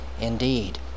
Indeed